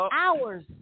hours